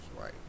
right